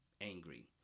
angry